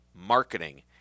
marketing